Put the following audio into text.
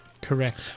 Correct